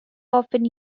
often